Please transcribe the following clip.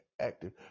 active